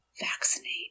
Vaccinate